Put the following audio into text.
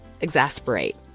exasperate